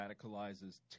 radicalizes